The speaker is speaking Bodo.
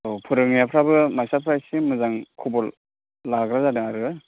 औ फोरोंनायफ्राबो मास्टारफ्रा एसे मोजां खबर लाग्रा जादों आरो